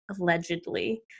allegedly